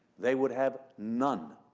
they would have none.